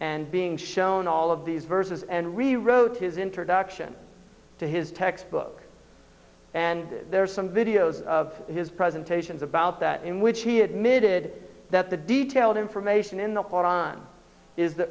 and being shown all of these verses and rewrote his introduction to his textbooks and there are some videos of his presentations about that in which he admitted that the detailed information in the pot on is the